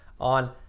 on